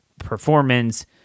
Performance